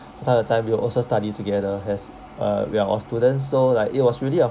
time to time we will also study together as uh we are all students so like it was really a